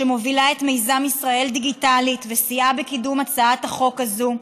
שמובילה את מיזם ישראל דיגיטלית וסייעה בקידום הצעת החוק הזאת,